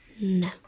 No